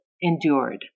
endured